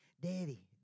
Daddy